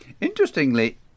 Interestingly